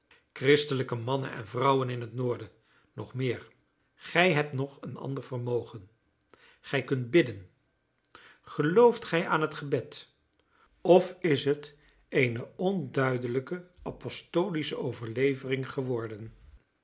christelijke mannen en vrouwen in het noorden nog meer gij hebt nog een ander vermogen gij kunt bidden gelooft gij aan het gebed of is het eene onduidelijke apostolische overlevering geworden